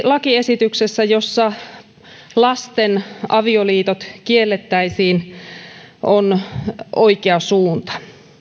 lakiesityksessä jossa lasten avioliitot kiellettäisiin on oikea suunta